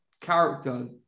character